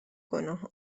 گناه